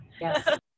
Yes